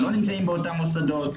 לא נמצאים באותם מוסדות.